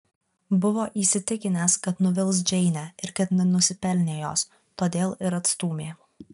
buvo įsitikinęs kad nuvils džeinę ir kad nenusipelnė jos todėl ir atstūmė